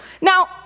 Now